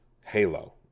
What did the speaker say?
Halo